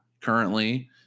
currently